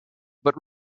but